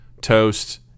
toast